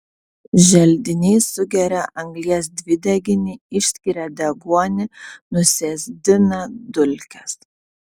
želdiniai sugeria anglies dvideginį išskiria deguonį nusėsdina dulkes